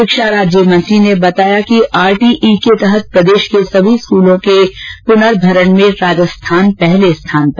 शिक्षा राज्य मंत्री ने बताया कि आरटीई के तहत प्रदेश की सभी स्कूलों के पुनर्भरण में राजस्थान पहले स्थान पर है